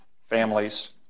families